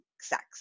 sex